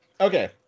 Okay